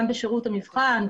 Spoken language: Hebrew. גם בשירות המבחן,